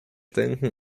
denken